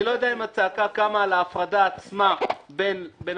אני לא יודע אם הצעקה קמה על ההפרדה עצמה בין בן